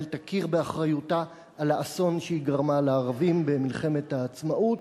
תכיר באחריותה לאסון שהיא גרמה לערבים במלחמת העצמאות.